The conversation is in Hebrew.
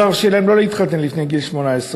אני לא מעודד נישואין לפני גיל 18,